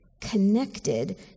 connected